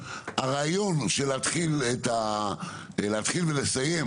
הרעיון של להתחיל ולסיים,